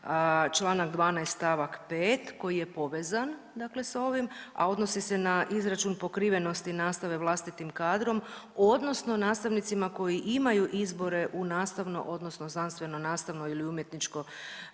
čl. 12. st. 5. koji je povezan dakle s ovim, a odnosi se na izračun pokrivenosti nastave vlastitim kadrom odnosno nastavnicima koji imaju izbore u nastavno odnosno znanstveno nastavno ili umjetničko